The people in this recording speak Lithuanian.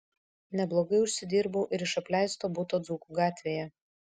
neblogai užsidirbau ir iš apleisto buto dzūkų gatvėje